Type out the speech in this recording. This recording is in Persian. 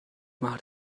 مرد